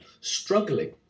struggling